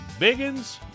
Biggins